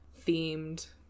themed